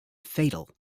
fatal